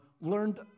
learned